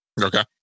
Okay